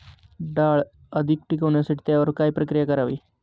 डाळ अधिक टिकवण्यासाठी त्यावर काय प्रक्रिया करावी?